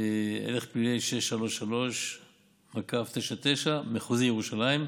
בה"פ 633/99 (מחוזי ירושלים)